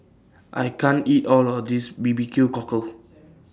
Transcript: I can't eat All of This B B Q Cockle